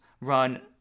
run